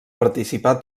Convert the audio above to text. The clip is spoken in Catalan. participar